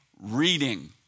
reading